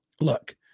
look